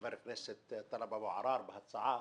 חבר הכנסת טלב אבו עראר בהצעה